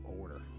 order